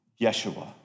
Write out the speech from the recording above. Yeshua